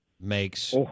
makes